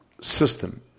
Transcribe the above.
system